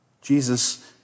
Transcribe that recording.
Jesus